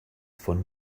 von